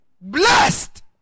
blessed